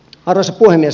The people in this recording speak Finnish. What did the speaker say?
arvoisa puhemies